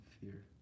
fear